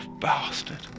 bastard